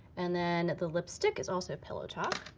and then the lipstick is also pillow talk.